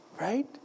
Right